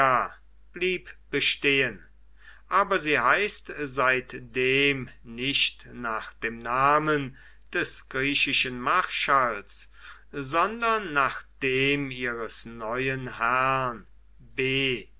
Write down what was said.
blieb bestehen aber sie heißt seitdem nicht nach dem namen des griechischen marschalls sondern nach dem ihres neuen herrn beh